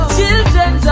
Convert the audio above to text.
Children